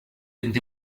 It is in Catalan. vint